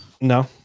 no